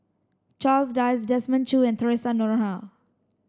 Charles Dyce Desmond Choo and Theresa Noronha